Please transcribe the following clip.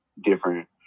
different